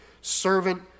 servant